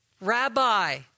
rabbi